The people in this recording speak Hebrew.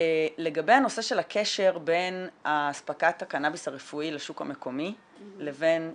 לגבי הנושא של הקשר בין אספקת הקנאביס הרפואי לשוק המקומי לבין ייצוא.